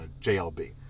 JLB